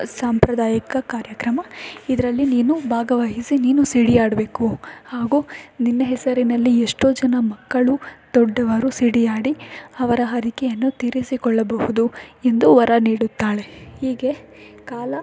ಸಾಂಪ್ರದಾಯಿಕ ಕಾರ್ಯಕ್ರಮ ಇದರಲ್ಲಿ ನೀನು ಭಾಗವಹಿಸಿ ನೀನೂ ಸಿಡಿ ಆಡಬೇಕು ಹಾಗೂ ನಿನ್ನ ಹೆಸರಿನಲ್ಲಿ ಎಷ್ಟೋ ಜನ ಮಕ್ಕಳು ದೊಡ್ದವರು ಸಿಡಿ ಆಡಿ ಅವರ ಹರಕೆಯನ್ನು ತೀರಿಸಿಕೊಳ್ಳಬಹುದು ಎಂದು ವರ ನೀಡುತ್ತಾಳೆ ಹೀಗೇ ಕಾಲ